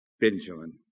Benjamin